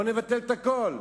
בואו נבטל את הכול.